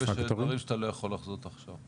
זה דברים שאתה לא יכול לחזות אותם עכשיו?